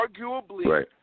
arguably